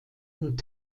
und